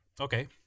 Okay